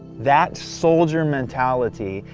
that soldier mentality,